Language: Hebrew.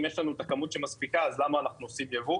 אם יש לנו את הכמות מספיקה אז למה אנחנו עושים ייבוא?